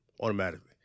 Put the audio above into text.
Automatically